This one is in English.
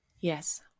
Yes